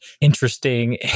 interesting